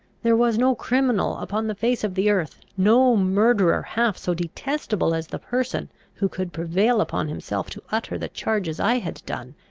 there was no criminal upon the face of the earth, no murderer, half so detestable as the person who could prevail upon himself to utter the charges i had done,